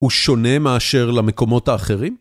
‫הוא שונה מאשר למקומות האחרים?